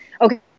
Okay